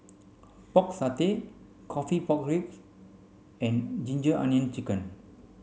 pork satay coffee pork ribs and ginger onion chicken